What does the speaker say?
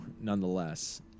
nonetheless